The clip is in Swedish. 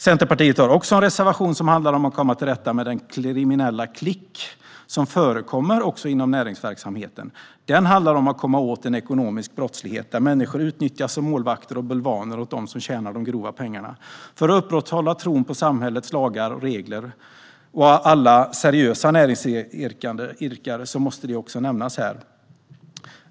Centerpartiet har också en reservation som handlar om att komma till rätta med den kriminella klick som förekommer inom näringsverksamhet. Reservationen handlar om att komma åt ekonomisk brottslighet där människor utnyttjas som målvakter och bulvaner åt dem som tjänar de stora pengarna. För att upprätthålla tron på samhällets lagar och regler och alla seriösa näringsidkare måste det nämnas här.